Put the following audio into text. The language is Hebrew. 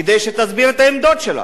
כדי שתסביר את העמדות שלה.